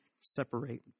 separate